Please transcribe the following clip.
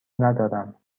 ندارم